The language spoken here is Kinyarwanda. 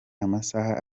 amasaha